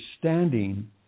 standing